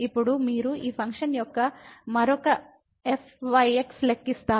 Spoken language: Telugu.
ఇప్పుడు మీరు ఈ ఫంక్షన్ యొక్క మరొక fyx లెక్కిస్తారు